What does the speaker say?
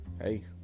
hey